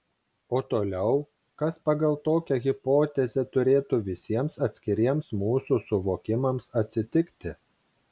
o toliau kas pagal tokią hipotezę turėtų visiems atskiriems mūsų suvokimams atsitikti